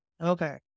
Okay